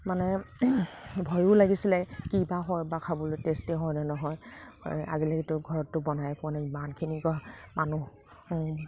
মানে ভয়ো লাগিছিলে কিবা হয় বা খাবলৈ টেষ্টে হয়নে নহয় আজিলৈকেতো ঘৰতটো বনায়েই পোৱা নাই ইমানখিনিকৈ মানুহ